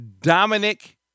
Dominic